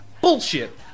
Bullshit